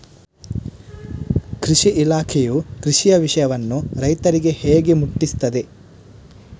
ಕೃಷಿ ಇಲಾಖೆಯು ಕೃಷಿಯ ವಿಷಯವನ್ನು ರೈತರಿಗೆ ಹೇಗೆ ಮುಟ್ಟಿಸ್ತದೆ?